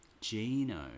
Gino